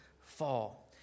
fall